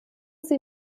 sie